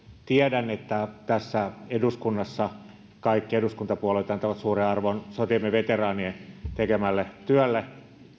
tiedän että tässä eduskunnassa kaikki eduskuntapuolueet antavat suuren arvon sotiemme veteraanien tekemälle työlle